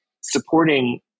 supporting